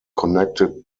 connected